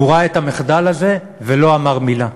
שהוא ראה את המחדל הזה ולא אמר מילה,